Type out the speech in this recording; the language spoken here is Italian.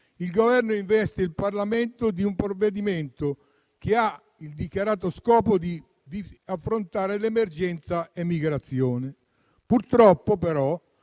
il Governo investe il Parlamento di un provvedimento che ha il dichiarato scopo di affrontare l'emergenza emigrazione. Purtroppo, però,